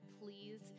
Please